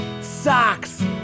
Socks